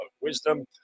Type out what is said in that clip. Wisdom